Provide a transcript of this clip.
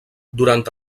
durant